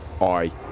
I-